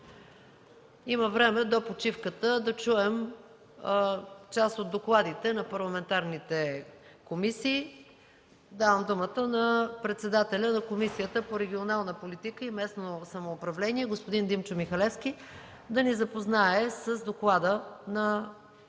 Има време до почивката да чуем част от докладите на парламентарните комисии. Давам думата на председателя на Комисията по регионална политика и местно самоуправление господин Димчо Михалевски да ни запознае с доклада на неговата